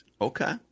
Okay